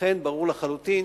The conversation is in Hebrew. לכן ברור לחלוטין